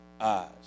eyes